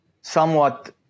somewhat